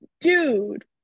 dude